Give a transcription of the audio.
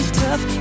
tough